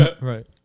Right